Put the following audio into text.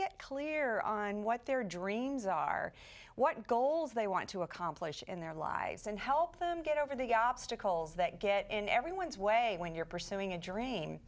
get clear on what their dreams are what goals they want to accomplish in their lives and help them get over the obstacles that get in everyone's way when you're pursuing a dream